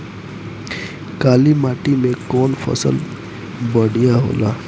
काली माटी मै कवन फसल बढ़िया होला?